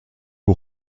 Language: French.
aux